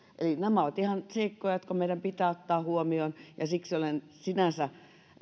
nämä ovat ihan seikkoja jotka meidän pitää ottaa huomioon ja siksi olen sinänsä